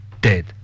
dead